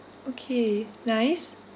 okay nice